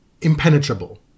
impenetrable